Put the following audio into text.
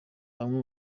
bamwe